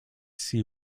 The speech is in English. see